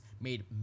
made